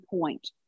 point